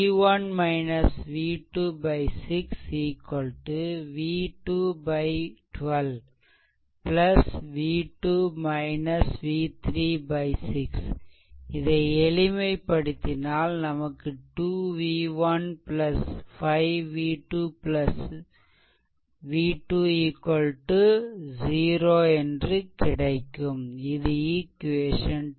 v1 v2 6 v2 12 v2 v3 6 இதை எளிமைப்படுத்தினால் நமக்கு 2 v1 5 v2 v2 0 என்று கிடைக்கும் இது ஈக்வேஷன் 2